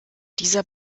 dieser